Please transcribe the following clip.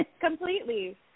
completely